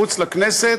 מחוץ לכנסת,